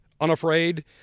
unafraid